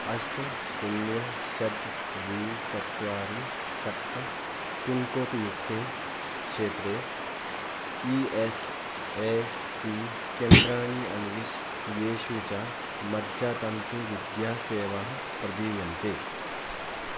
अष्ट शुन्यं षट् द्वे चत्वारि सप्त पिन्कोड् युक्ते क्षेत्रे ई एस् ए सी केन्द्राणि अन्विष येषु च मज्जातन्तुविद्यासेवाः प्रदीयन्ते